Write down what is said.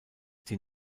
die